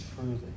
truly